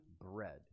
bread